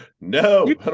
no